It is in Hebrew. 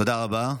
תודה רבה.